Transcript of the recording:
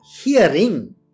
hearing